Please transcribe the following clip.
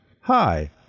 Hi